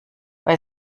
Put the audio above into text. bei